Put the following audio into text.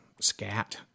scat